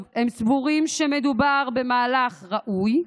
הם סבורים שמדובר במהלך ראוי,